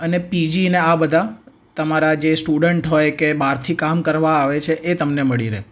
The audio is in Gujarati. અને પીજી ને આ બધા તમારા જે સ્ટુડન્ટ હોય કે બહારથી કામ કરવા આવે છે એ તમને મળી રહે